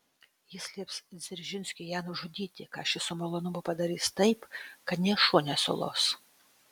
jis lieps dzeržinskiui ją nužudyti ką šis su malonumu padarys taip kad nė šuo nesulos